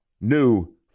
new